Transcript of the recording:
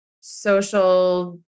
social